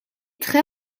très